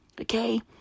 Okay